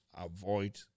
Avoid